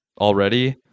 already